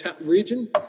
region